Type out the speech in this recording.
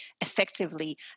effectively